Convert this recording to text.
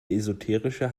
esoterische